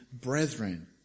brethren